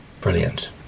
Brilliant